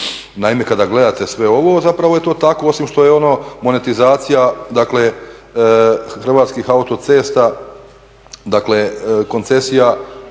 Naime, kada gledate sve ovo zapravo je to tako osim što je ono monetizacija dakle Hrvatskih autocesta, dakle koncesija